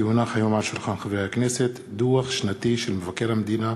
כי הונח היום על שולחן הכנסת דוח שנתי של מבקר המדינה,